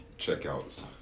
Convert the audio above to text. checkouts